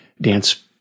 dance